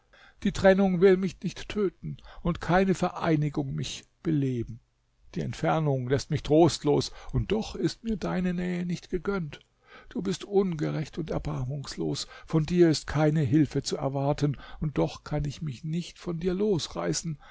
die trennung will mich nicht töten und keine vereinigung mich beleben die entfernung läßt mich trostlos und doch ist mir deine nähe nicht gegönnt du bist ungerecht und erbarmungslos von dir ist keine hilfe zu erwarten und doch kann ich mich nicht von dir losreißen